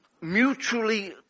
mutually